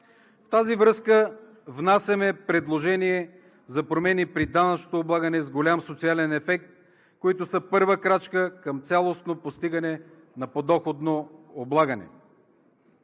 В тази връзка внасяме предложение за промени при данъчното облагане с голям социален ефект, които са първа крачка към цялостно постигане на подоходно облагане.